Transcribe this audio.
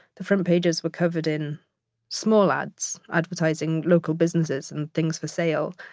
the front pages were covered in small ads, advertising, local businesses and things for sale.